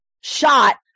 shot